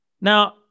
Now